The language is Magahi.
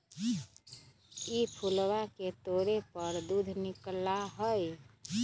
ई फूलवा के तोड़े पर दूध निकला हई